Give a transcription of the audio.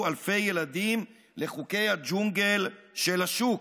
אלפי ילדים לחוקי הג'ונגל של השוק.